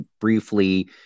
briefly